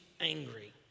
angry